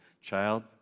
Child